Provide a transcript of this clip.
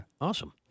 Awesome